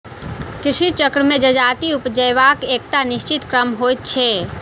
कृषि चक्र मे जजाति उपजयबाक एकटा निश्चित क्रम होइत छै